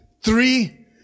three